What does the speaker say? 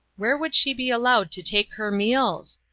where would she be allowed to take her meals?